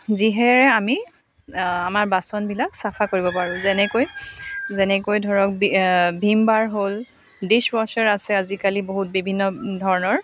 যিহেৰে আমি আমাৰ বাচনবিলাক চফা কৰিব পাৰোঁ যেনেকৈ যেনেকৈ ধৰক ভিম বাৰ হ'ল দিশ্বৱাশ্বাৰ আছে আজিকালি বহুত বিভিন্ন ধৰণৰ